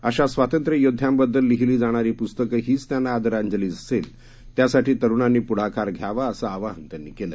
अशा स्वातंत्र्ययोद्ध्यांबद्दल लिहिली जाणारी पुस्तक हीच त्यांना आदरांजली असेल त्यासाठी तरुणांनी पुढाकार घ्यावा असं आवाहन त्यांनी केलं